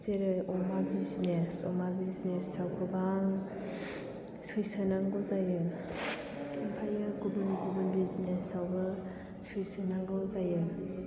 जेरै अमा बिजनेस अमा बिजनेस आव गोबां सैसोनांगौ ओमफ्राय गुबुन गुबुन बिजनेस आवबो सैसोनांगौ जायो